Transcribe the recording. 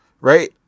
right